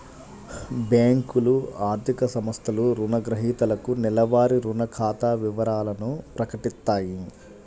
బ్యేంకులు, ఆర్థిక సంస్థలు రుణగ్రహీతలకు నెలవారీ రుణ ఖాతా వివరాలను ప్రకటిత్తాయి